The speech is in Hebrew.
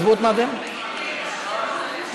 מס' 8761,